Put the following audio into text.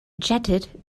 jetted